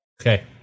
okay